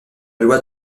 loi